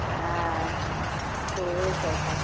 ठीक छै तब